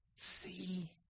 See